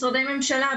משרדי ממשלה,